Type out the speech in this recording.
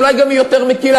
אולי גם יותר מקִלה,